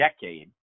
decade